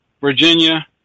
Virginia